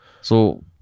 So-